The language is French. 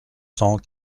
cent